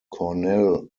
cornell